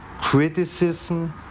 criticism